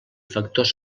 factors